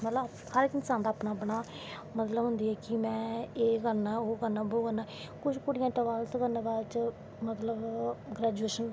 मतलव हर पसंद अपनां अपनां मतलव एह्म होंदा ऐ कि में एह् करनां बो करनां कुश कुड़ियां टवैल्थ करनैं दे बाद मतलव ग्रैजुएशन